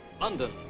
London